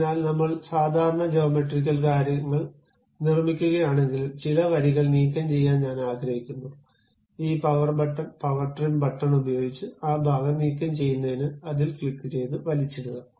അതിനാൽ നമ്മൾ സാധാരണ ജോമെട്രിക്കൽ കാര്യങ്ങൾ നിർമ്മിക്കുകയാണെങ്കിലും ചില വരികൾ നീക്കംചെയ്യാൻ ഞാൻ ആഗ്രഹിക്കുന്നു ഈ power button power trim button ഉപയോഗിച്ച് ആ ഭാഗം നീക്കംചെയ്യുന്നതിന് അതിൽ ക്ലിക്കുചെയ്ത് വലിച്ചിടുക